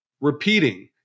repeating